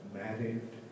married